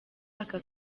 aka